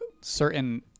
certain